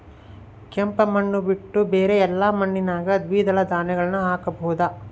ಕೆಂಪು ಮಣ್ಣು ಬಿಟ್ಟು ಬೇರೆ ಎಲ್ಲಾ ಮಣ್ಣಿನಾಗ ದ್ವಿದಳ ಧಾನ್ಯಗಳನ್ನ ಹಾಕಬಹುದಾ?